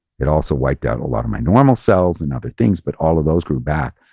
it also wiped out a lot of my normal cells and other things. but all of those grew back.